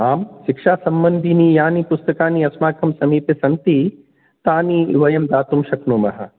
आम् शिक्षासम्बन्धीनि यानि पुस्तकानि अस्माकं समीपे सन्ति तानि वयं दातुं शक्नुमः